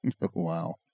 Wow